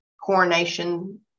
coronation